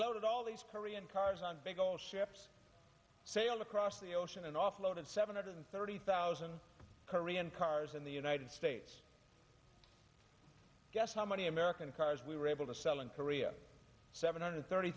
loaded all these korean cars on big ships sail across the ocean and offload in seven hundred thirty thousand korean cars in the united states guess how many american cars we were able to sell in korea seven hundred thirty